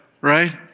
right